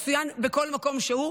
הוא יצוין בכל מקום שהוא.